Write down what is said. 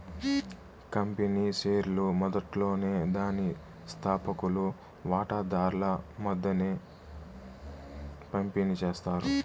company షేర్లు మొదట్లోనే దాని స్తాపకులు వాటాదార్ల మద్దేన పంపిణీ చేస్తారు